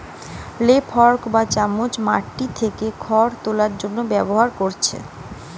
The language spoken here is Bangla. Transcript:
হে ফর্ক বা চামচ মাটি হইতে খড় তোলার জন্য ব্যবহার করতিছে